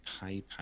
paypal